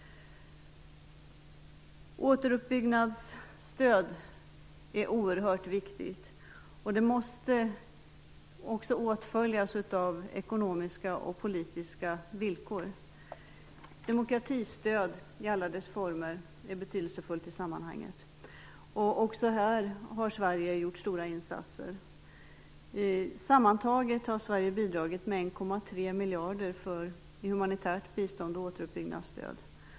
Återuppbyggnadsstöd är oerhört viktigt, och det måste åtföljas av ekonomiska och politiska villkor. Demokratistöd i alla dess former är betydelsefullt i sammanhanget. Också här har Sverige gjort stora insatser. Sammantaget har Sverige bidragit med 1,3 miljarder i humanitärt bistånd och återuppbyggnadsstöd.